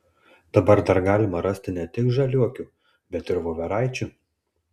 dabar dar galima rasti ne tik žaliuokių bet ir voveraičių